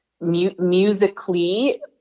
musically